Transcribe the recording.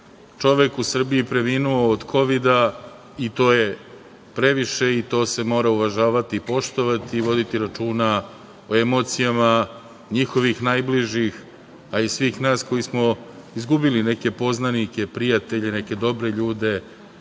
čovek u Srbiji preminuo od Kovida i to je previše i mora se uvažavati, poštovati i voditi računa o emocijama njihovih najbližih, a i svih nas koji smo izgubili neke poznanike, prijatelje, neke dobre ljude